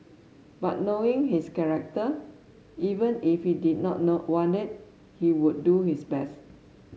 but knowing his character even if he did not not want it he would do his best